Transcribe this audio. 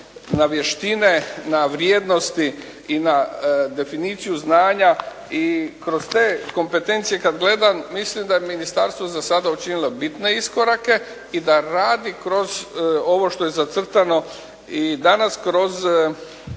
na vještine, na vrijednosti i na definiciju znanja i kroz te kompetencije kad gledam mislim da je ministarstvo za sada učinilo bitne iskorake i da radi kroz ovo što je zacrtano i danas kroz